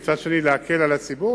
ומצד שני להקל על הציבור,